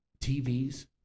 TVs